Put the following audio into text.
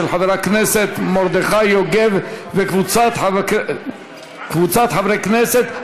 של חבר הכנסת מרדכי יוגב וקבוצת חברי כנסת,